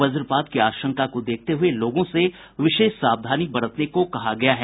वज्रपात की आशंका को देखते हुये लोगों से विशेष सावधानी बरतने को कहा है